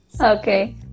Okay